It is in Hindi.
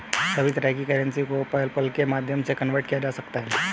सभी तरह की करेंसी को पेपल्के माध्यम से कन्वर्ट किया जा सकता है